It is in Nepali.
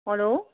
हेलो